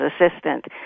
assistant